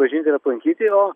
pažint ir aplankyti o